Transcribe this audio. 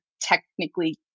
technically